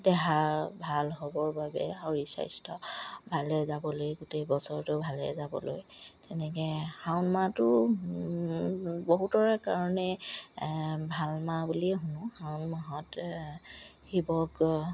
দেহা ভাল হ'বৰ বাবে শৰীৰ স্বাস্থ্য ভালে যাবলৈ গোটেই বছৰটো ভালে যাবলৈ তেনেকে শাওণ মাহটো বহুতৰে কাৰণে ভাল মাহ বুলিয়ে শুনো শাওণ মাহত শিৱক